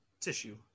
tissue